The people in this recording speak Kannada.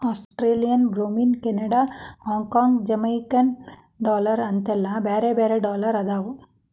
Australian Brunei Canadian Hong Kong Jamaican dollar ಅಂತೆಲ್ಲಾ ಬ್ಯಾರೆ ಬ್ಯಾರೆ ಡಾಲರ್ ಅದಾವ